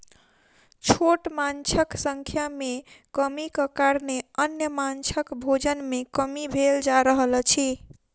छोट माँछक संख्या मे कमीक कारणेँ अन्य माँछक भोजन मे कमी भेल जा रहल अछि